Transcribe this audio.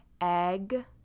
egg